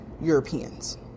Europeans